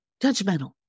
judgmental